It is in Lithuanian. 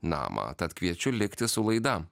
namą tad kviečiu likti su laida